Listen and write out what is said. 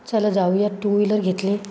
चला जाऊया two wheeler घेतली